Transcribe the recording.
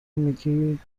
میگی